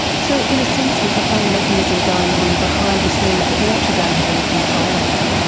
so in a sense there is a whole mechanism going on behind the scenes that we actually don't have any control over.